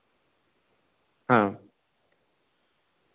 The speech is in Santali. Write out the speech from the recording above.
ᱦᱮᱸ